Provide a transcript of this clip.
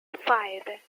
five